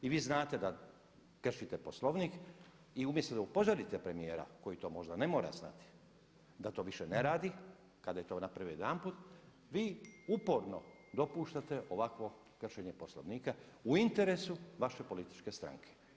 I vi znate da kršite Poslovnik i umjesto da upozorite premijera koji to možda ne mora znati, da to više ne radi, kada je to napravio jedanput, vi uporno dopuštate ovakvo kršenje Poslovnika u interesu vaše političke stranke.